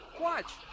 Watch